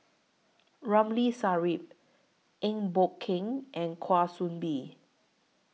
Ramli Sarip Eng Boh Kee and Kwa Soon Bee